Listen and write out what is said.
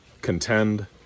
contend